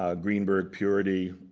ah greenberg, purity,